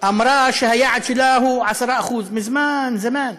הממשלה אמרה שהיעד שלה הוא 10%, מזמן, זַמַן.